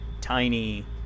tiny